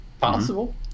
possible